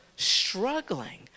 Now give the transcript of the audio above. struggling